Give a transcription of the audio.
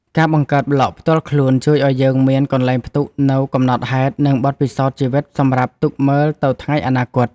ការបង្កើតប្លក់ផ្ទាល់ខ្លួនជួយឱ្យយើងមានកន្លែងផ្ទុកនូវកំណត់ហេតុ និងបទពិសោធន៍ជីវិតសម្រាប់ទុកមើលទៅថ្ងៃអនាគត។